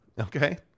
okay